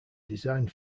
designed